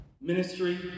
ministry